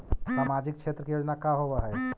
सामाजिक क्षेत्र के योजना का होव हइ?